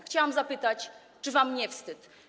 Chciałam zapytać, czy wam nie wstyd.